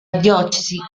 diocesi